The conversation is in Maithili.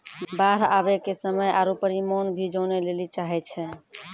बाढ़ आवे के समय आरु परिमाण भी जाने लेली चाहेय छैय?